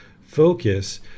focus